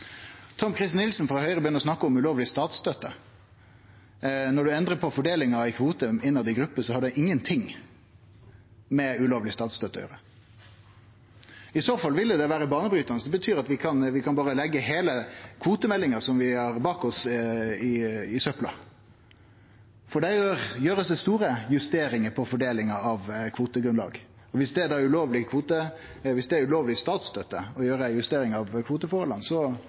Nilsen frå Høgre begynte å snakke om ulovleg statsstøtte. Når ein endrar på fordelinga av kvoter innanfor gruppa, har det ingenting med ulovleg statsstøtte å gjere. I så fall ville det ha vore banebrytande. Det hadde betydd at vi berre kunne leggje heile kvotemeldinga vi har bak oss, i søpla. For der blir det gjort store justeringar på fordelinga av kvotegrunnlag, og viss det er ulovleg